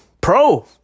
Pro